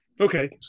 okay